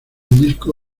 disco